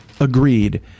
agreed